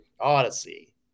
Odyssey